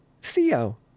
Theo